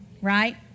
right